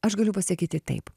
aš galiu pasakyti taip